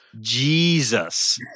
Jesus